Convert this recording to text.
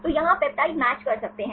तो यहाँ आप पेप्टाइड मैच कर सकते हैं